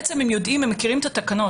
בעצם, הם יודעים, הם מכירים את התקנות.